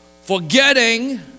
Forgetting